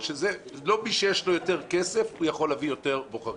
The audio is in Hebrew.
לא מי שיש לו יותר כסף יכול להביא יותר בוחרים.